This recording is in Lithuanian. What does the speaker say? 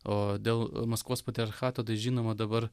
o dėl maskvos patriarchato tai žinoma dabar